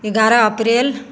एगारह अप्रैल